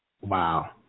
Wow